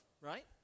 right